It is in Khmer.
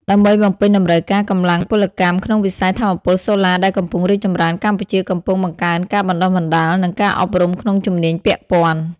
ដើម្បីបំពេញតម្រូវការកម្លាំងពលកម្មក្នុងវិស័យថាមពលសូឡាដែលកំពុងរីកចម្រើន កម្ពុជាកំពុងបង្កើនការបណ្តុះបណ្តាល និងការអប់រំក្នុងជំនាញពាក់ព័ន្ធ។